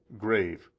grave